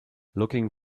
looking